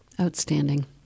Outstanding